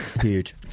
Huge